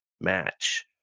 match